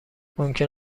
ممکن